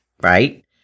right